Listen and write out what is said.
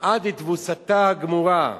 עד לתבוסתה הגמורה,